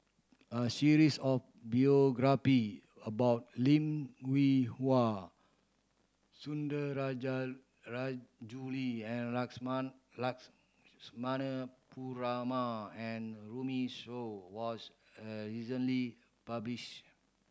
a series of biography about Lim Hwee Hua Perumal and Runme Shaw was a recently published